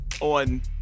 on